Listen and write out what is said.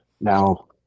now